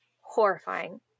horrifying